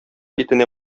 итенә